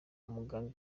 umuganga